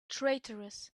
traitorous